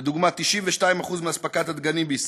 לדוגמה, 92% מאספקת הדגנים בישראל,